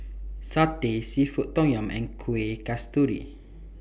Satay Seafood Tom Yum and Kuih Kasturi